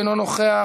אינו נוכח,